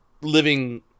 living